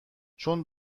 چون